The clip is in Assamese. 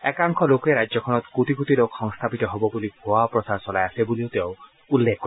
একাংশ লোকে ৰাজ্যখনত কোটি কোটি লোক সংস্থাপিত হব বুলি ভূৱা প্ৰচাৰ চলাই আছে বুলিও তেওঁ উল্লেখ কৰে